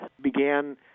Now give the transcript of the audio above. began